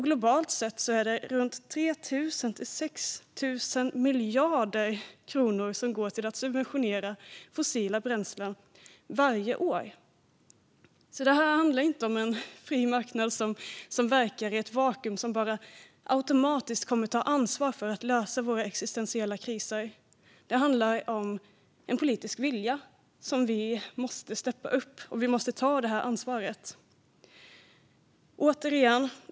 Globalt sett är det runt 3 000 till 6 000 miljarder kronor som går till att subventionera fossila bränslen varje år. Det handlar inte om en fri marknad som verkar i ett vakuum, som bara automatiskt kommer att ta ansvar för att lösa våra existentiella kriser, utan det handlar om en politisk vilja där vi måste "steppa upp" och ta ansvaret.